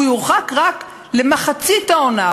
הוא יורחק רק למחצית העונה,